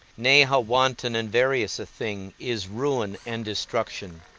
nay, how wanton and various a thing, is ruin and destruction!